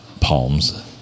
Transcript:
Palms